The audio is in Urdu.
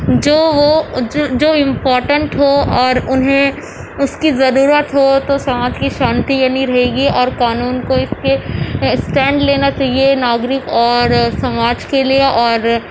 جو وہ جو امپاٹینٹ ہو اور اُنہیں اُس کی ضرورت ہو تو سماج کی شانتی یعنی رہے گی اور قانون کو اِس پہ اسٹینڈ لینا چاہیے ناگرک اور سماج کے لیے اور